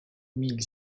mille